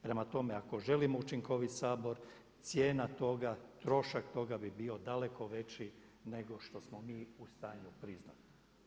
Prema tome ako želimo učinkovit Sabor cijena toga, trošak toga bi bio daleko veći nego što smo mi u stanju priznati.